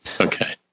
Okay